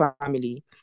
family